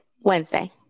Wednesday